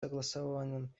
согласованным